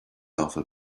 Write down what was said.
awful